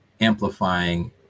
amplifying